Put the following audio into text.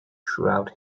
throughout